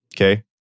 Okay